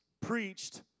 preached